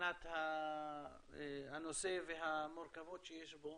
בהבנת הנושא והמורכבות שיש בו